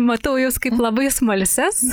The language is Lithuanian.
matau jus kaip labai smalsias